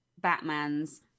Batmans